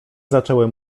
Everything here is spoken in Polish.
zaczęły